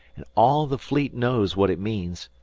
an' all the fleet knows what it means.